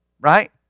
Right